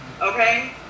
okay